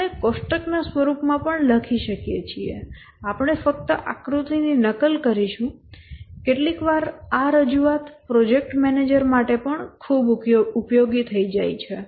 આપણે કોષ્ટકના સ્વરૂપમાં પણ લખી શકીએ છીએ આપણે ફક્ત આકૃતિની નકલ કરીશું કેટલીકવાર આ રજૂઆત પ્રોજેક્ટ મેનેજર માટે પણ ઉપયોગી થઈ જાય છે